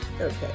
Okay